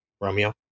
Romeo